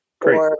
Great